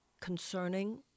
concerning